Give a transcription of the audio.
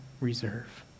reserve